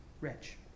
rich